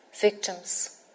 victims